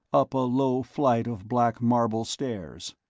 up a low flight of black-marble stairs.